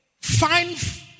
find